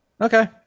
Okay